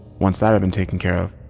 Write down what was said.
once that had been taken care of,